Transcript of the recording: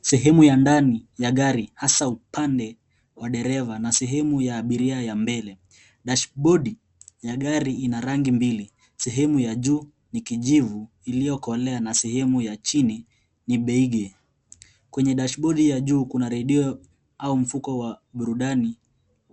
Sehemu ya ndani ya gari hasaa upande wa dereva na sehemu ya abiria ya mbele. Dashbodi ya gari ina rangi mbili sehemu ya juu ya kijivu iliyokolea na sehemu ya chini beige. Kwenye dashbodi ya juu kuna redio au mfuko wa burudani